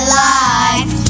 life